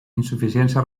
insuficiència